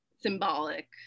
symbolic